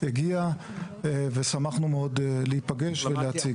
הגיע ושמחנו מאוד להיפגש ולהציג.